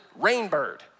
Rainbird